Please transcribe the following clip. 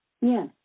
Yes